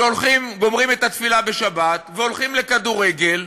שגומרים את התפילה בשבת והולכים לכדורגל,